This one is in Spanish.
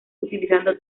utilizando